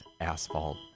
asphalt